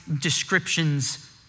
descriptions